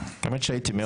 נכון?